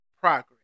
progress